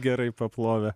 gerai paplovė